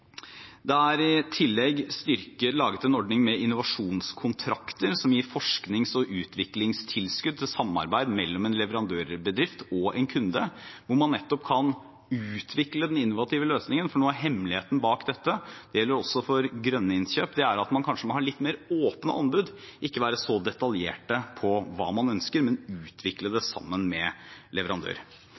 Det er i tillegg laget en ordning med innovasjonskontrakter, som gir forsknings- og utviklingstilskudd til samarbeid mellom en leverandørbedrift og en kunde, hvor man kan utvikle den innovative løsningen. Noe av hemmeligheten bak dette – dette gjelder også for grønne innkjøp – er at man kanskje må ha litt mer åpne anbud, ikke være så detaljerte på hva man ønsker, men utvikle det sammen med